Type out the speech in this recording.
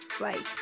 right